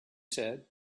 said